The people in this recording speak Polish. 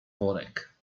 worek